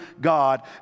God